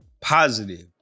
positive